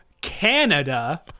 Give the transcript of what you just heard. Canada